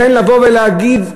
לכן, לבוא ולהגיד כאן,